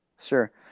sure